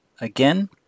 again